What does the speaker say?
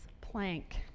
plank